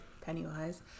Pennywise